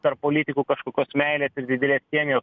tarp politikų kažkokios meilės ir didelės chemijos